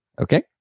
Okay